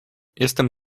jestem